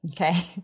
Okay